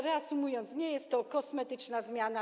Reasumując, nie jest to kosmetyczna zmiana.